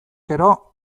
gero